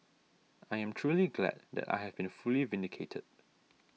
I am truly glad that I have been fully vindicated